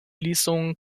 entschließung